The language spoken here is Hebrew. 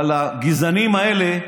אבל הגזענים האלה,